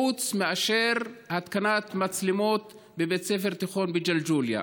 חוץ מאשר התקנת מצלמות בבית ספר תיכון בג'לג'וליה.